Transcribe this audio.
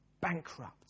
Bankrupt